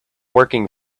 working